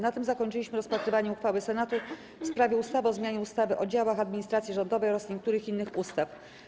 Na tym zakończyliśmy rozpatrywanie uchwały Senatu w sprawie ustawy o zmianie ustawy o działach administracji rządowej oraz niektórych innych ustaw.